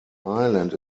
island